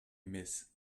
miss